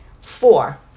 Four